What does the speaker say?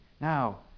Now